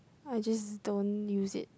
I just don't use it